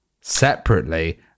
separately